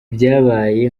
byabaye